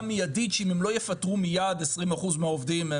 מיידית שאם הם לא יפטרו מייד 20% מהעובדים,